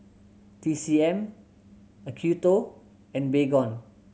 T C M Acuto and Baygon